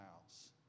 house